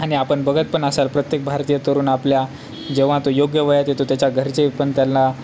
आणि आपण बघत पण असाल प्रत्येक भारतीय तरूण आपल्या जेव्हा तो योग्य वयात येतो त्याच्या घरचे पण त्यांना